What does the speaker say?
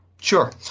Sure